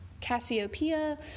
Cassiopeia